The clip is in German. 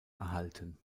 erhalten